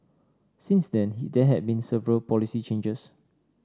since then he there had been several policy changes